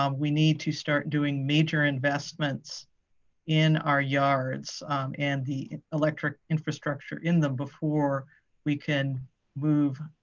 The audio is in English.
um we need to start doing major investments in our yards and the elect infrastructure in the before we can move